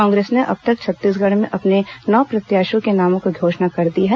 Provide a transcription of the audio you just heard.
कांग्रेस ने अब तक छत्तीसगढ़ में अपने नौ प्रत्याशियों के नामों की घोषणा कर दी है